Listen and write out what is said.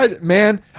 Man